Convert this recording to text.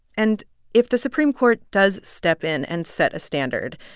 and if the supreme court does step in and set a standard,